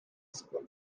school